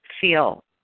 feel